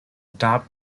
dubbed